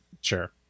Sure